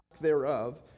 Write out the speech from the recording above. thereof